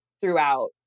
throughout